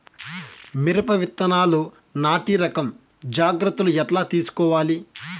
మిరప విత్తనాలు నాటి రకం జాగ్రత్తలు ఎట్లా తీసుకోవాలి?